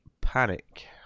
Panic